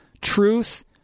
truth